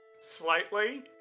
slightly